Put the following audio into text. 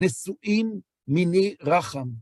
נשואים מיני רחם.